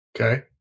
Okay